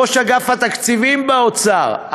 ראש אגף התקציבים באוצר,